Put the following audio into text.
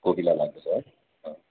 कोपिला लाग्दैछ है